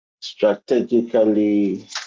strategically